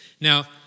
Now